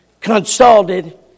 consulted